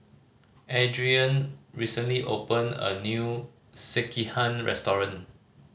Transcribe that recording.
Adrienne recently opened a new Sekihan restaurant